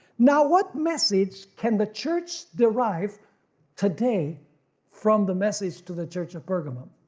now what message can the church derive today from the message to the church of pergamum.